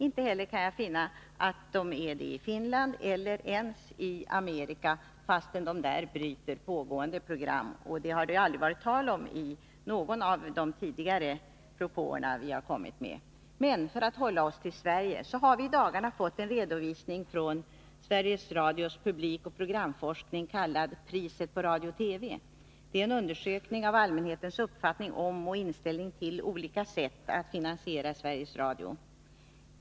Inte heller kan jag finna att de är det i Finland eller ensi Amerika, fastän man där bryter pågående program, något som det aldrig varit tal om i någon av de tidigare propåer vi kommit med. Men för att hålla oss till Sverige har vi i dagarna fått en redovisning från Sveriges Radios publikoch programforskning, kallad Priset på radio och TV. Det är en undersökning av allmänhetens uppfattning om och inställning till olika sätt att finansiera Sveriges Radio.